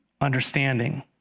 understanding